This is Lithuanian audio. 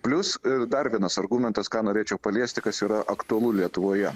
plius dar vienas argumentas ką norėčiau paliesti kas yra aktualu lietuvoje